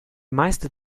meiste